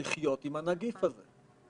לחיות עם הנגיף הזה.